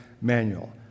manual